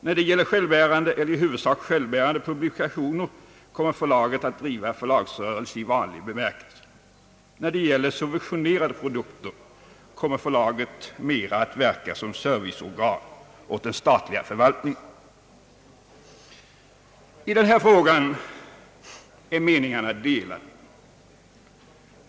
När det gäller självbärande eller i huvudsak självbärande publikationer kommer förlaget att driva förlagsrörelse i vanlig bemärkelse. När det gäller subventionerade produkter kommer förlaget mera att verka som serviceorgan åt den statliga förvaltningen. I denna fråga är meningarna delade.